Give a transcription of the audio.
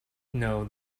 know